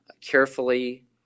carefully